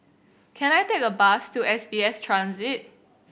can I take a bus to S B S Transit